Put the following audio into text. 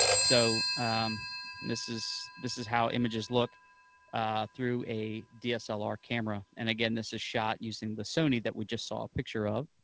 so this is this is how images look through a dslr camera, and again, this is shot using the sony that we just saw a picture of,